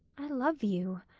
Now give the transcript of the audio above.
i love you